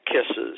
kisses